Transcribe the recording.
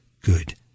good